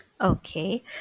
Okay